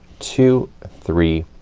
two, three,